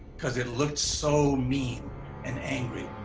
because it looked so mean and angry.